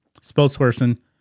spokesperson